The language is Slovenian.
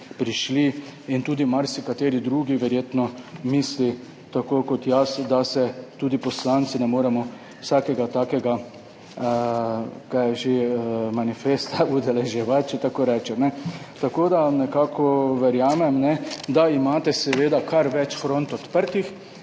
prišli, in tudi marsikateri drugi verjetno misli tako kot jaz, da se tudi poslanci ne moremo vsakega takega – kaj je že? – manifesta udeleževati, če tako rečem. Tako da nekako verjamem, da imate kar več front odprtih.